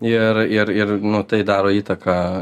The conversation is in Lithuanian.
ir ir ir nu tai daro įtaką